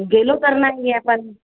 गेलो तर नाही आहे पण